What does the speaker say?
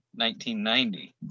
1990